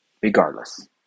regardless